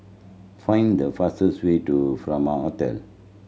find the fastest way to Furama Hotel